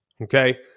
Okay